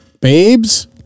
Babes